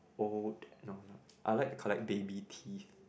old no no I would like to collect baby teeth